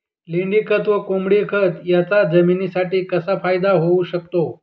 लेंडीखत व कोंबडीखत याचा जमिनीसाठी कसा फायदा होऊ शकतो?